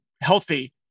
healthy